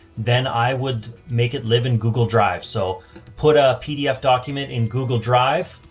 then i would make it live in google drive. so put a pdf document in google drive,